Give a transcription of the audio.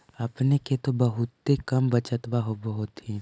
अपने के तो बहुते कम बचतबा होब होथिं?